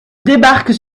débarquent